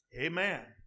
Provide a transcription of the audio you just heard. Amen